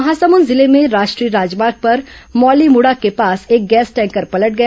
महासमुंद जिले में राष्ट्रीय राजमार्ग पर मौलीमुड़ा के पास एक गैस टैंकर पलट गया